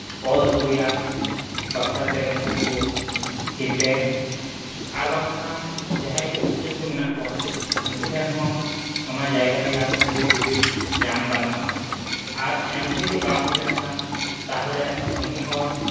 ᱚᱞ ᱟᱹᱜᱩ ᱨᱮᱭᱟᱜ ᱵᱟᱠᱷᱨᱟ ᱛᱮ ᱩᱱᱠᱩ ᱠᱚ ᱪᱤᱱᱛᱟᱹᱭᱟ ᱟᱨ ᱵᱟᱝᱠᱷᱟᱱ ᱡᱟᱦᱟᱸᱭ ᱠᱚ ᱩᱠᱤᱞ ᱠᱚ ᱢᱮᱱᱟᱜ ᱠᱚᱣᱟ ᱩᱱᱠᱩ ᱴᱷᱮᱱ ᱦᱚᱸ ᱚᱱᱟ ᱡᱟᱭᱜᱟ ᱨᱮᱭᱟᱜ ᱫᱤᱥ ᱦᱩᱫᱤᱥ ᱧᱟᱢ ᱜᱟᱱᱚᱜᱼᱟ ᱟᱨ ᱮᱱᱦᱚᱸ ᱡᱩᱫᱤ ᱵᱟᱝ ᱦᱩᱭ ᱞᱮᱱᱠᱷᱟᱱ ᱛᱟᱦᱚᱞᱮ ᱩᱱᱤ ᱦᱚᱲ